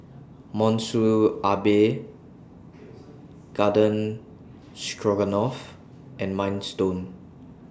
Monsunabe Garden Stroganoff and Minestrone